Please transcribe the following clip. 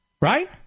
Right